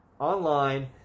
online